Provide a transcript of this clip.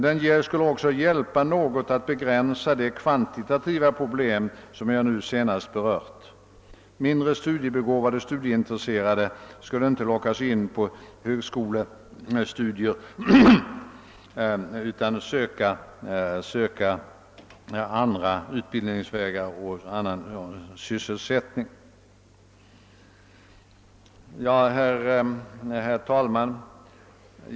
Det skulle också hjälpa att något begränsa det kvantitativa problem som jag nu senast berört; mindre studiebegåvade och studieintresserade skulle inte lockas in på högskolestudier utan söka andra utbildningsvägar och annan sysselsättning. Herr talman!